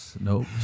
Nope